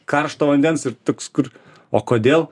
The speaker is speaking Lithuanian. karšto vandens ir toks kur o kodėl